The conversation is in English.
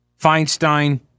feinstein